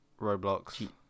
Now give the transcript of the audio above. Roblox